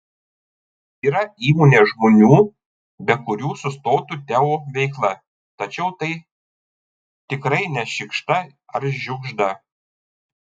yra įmonėje žmonių be kurių sustotų teo veikla tačiau tai tikrai ne šikšta ar žiugžda